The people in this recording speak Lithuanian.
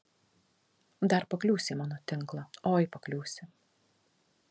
dar pakliūsi į mano tinklą oi pakliūsi